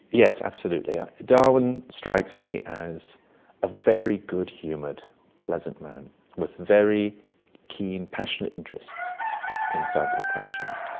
yes, absolutely. darwin strikes me as a very good-humoured pleasant man with very keen passionate interests in scientific questions.